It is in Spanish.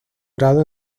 grado